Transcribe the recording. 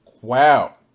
wow